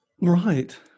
Right